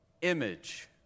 image